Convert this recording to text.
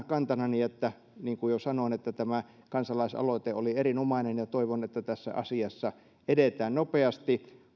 kantanani niin kuin jo sanoin että tämä kansalaisaloite oli erinomainen toivon että tässä asiassa edetään nopeasti